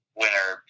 winner